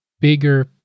bigger